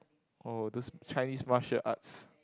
oh those Chinese martial arts